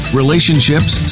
relationships